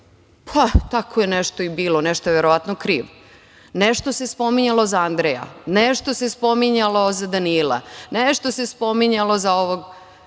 reći, tako je nešto i bilo, nešto je verovatno kriv. Nešto se spominjalo za Andreja, nešto se spominjalo za Danila, nešto se spominjalo za ovog